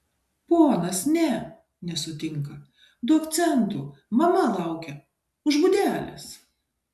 ponas ne nesutinka duok centų mama laukia už būdelės